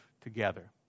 together